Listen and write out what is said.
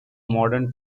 modern